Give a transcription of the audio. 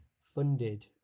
funded